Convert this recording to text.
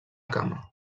cama